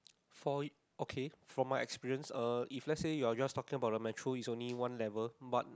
for it okay from my experience uh if let's say you are just talking about the metro is only one level but